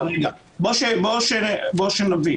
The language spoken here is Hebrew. בוא, שנבין